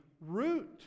root